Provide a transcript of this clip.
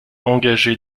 engagé